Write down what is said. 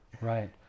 Right